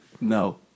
No